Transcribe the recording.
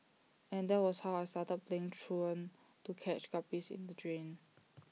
and that was how I started playing truant to catch guppies in the drain